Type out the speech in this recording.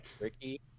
Ricky